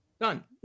Done